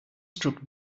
struck